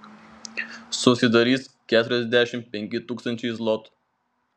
susidarys keturiasdešimt penki tūkstančiai zlotų